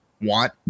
want